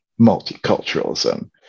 multiculturalism